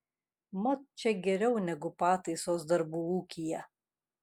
mat čia geriau negu pataisos darbų ūkyje